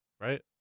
Right